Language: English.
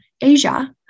Asia